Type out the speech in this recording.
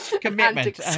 Commitment